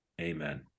Amen